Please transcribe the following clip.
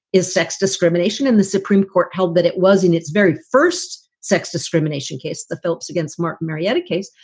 is sex discrimination in the supreme court held that it was in its very first sex discrimination case, the phelps against martin marietta case.